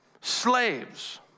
slaves